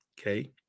Okay